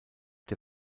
der